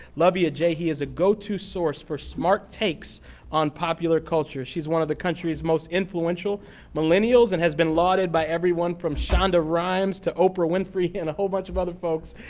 luvvie ajayi is a go to source for smart takes on popular culture. she's one of the country's most influential millennials, and has been lauded by everyone from shonda rhimes to oprah winfrey and a whole bunch of other folks